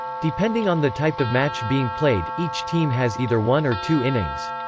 depending on the type of match being played, each team has either one or two innings.